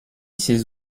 ses